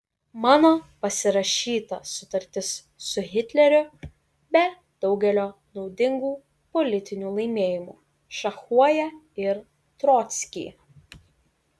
mano pasirašyta sutartis su hitleriu be daugelio naudingų politinių laimėjimų šachuoja ir trockį